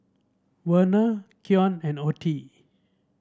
Verna Keon and Ottie